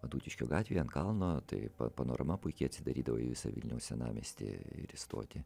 adutiškio gatvėj ant kalno tai panorama puiki atsidarydavo į visą vilniaus senamiestį ir stotį